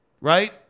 right